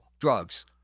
drugs